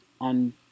on